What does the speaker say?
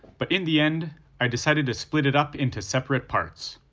but in the end i decided to split it up into separate parts.